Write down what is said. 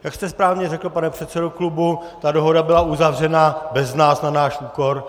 Jak jste správně řekl, pane předsedo klubu, ta dohoda byla uzavřena bez nás, na náš úkor.